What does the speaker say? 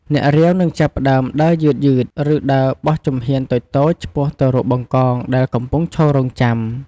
អ្នករាវ នឹងចាប់ផ្តើម ដើរយឺតៗ ឬដើរបោះជំហានតូចៗ ឆ្ពោះទៅរកបង្កង ដែលកំពុងឈររង់ចាំ។